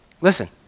listen